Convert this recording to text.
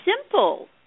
simple